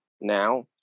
now